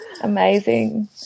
Amazing